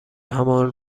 همان